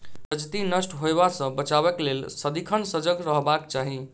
जजति नष्ट होयबा सँ बचेबाक लेल सदिखन सजग रहबाक चाही